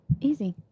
easy